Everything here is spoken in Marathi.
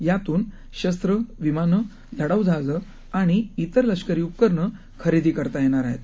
यातूनशस्त्र विमानं लढाऊजहाजंआणितरलष्करीउपकरणंखरेदीकरतायेणारआहेत